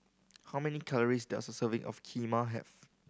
how many calories does a serving of Kheema have